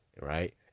right